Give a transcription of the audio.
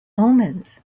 omens